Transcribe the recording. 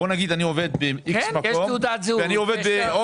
בוא נגיד שאני עובד במקום X ואני עובד בעוד